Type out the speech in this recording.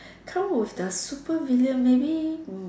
come with the super villain maybe hmm